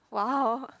!wow!